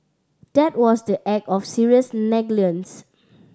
that was the act of serious negligence